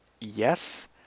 yes